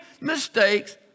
mistakes